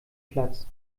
platz